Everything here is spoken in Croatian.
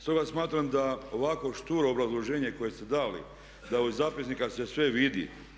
Stoga smatram da ovakvo šturo obrazloženje koje ste dali da iz zapisnika se sve vidi.